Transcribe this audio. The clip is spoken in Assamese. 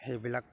সেইবিলাক